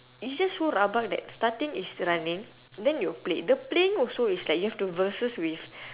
is just so rabak that starting is running then you play the playing also is like you have to versus with